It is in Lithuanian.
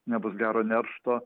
nebus gero neršto